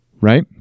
right